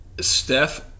Steph